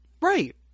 Right